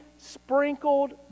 sprinkled